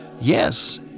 Yes